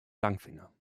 langfinger